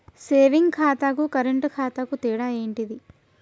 Saving ఖాతాకు current ఖాతాకు తేడా ఏంటిది?